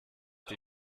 die